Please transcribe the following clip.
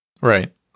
Right